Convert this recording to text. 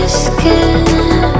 skin